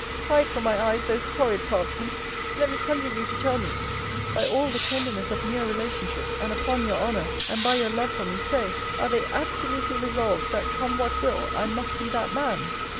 hide from my eyes those horrid parchments let me conjure you to tell me by all the tenderness of near relationship, and upon your honour, and by your love for me, say, are they absolutely resolved, that, come what will, i must be that man's?